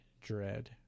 Dread